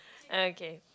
okay